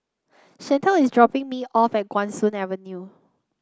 Shantell is dropping me off at Guan Soon Avenue